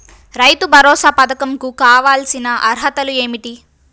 రైతు భరోసా పధకం కు కావాల్సిన అర్హతలు ఏమిటి?